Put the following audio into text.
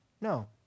No